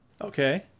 Okay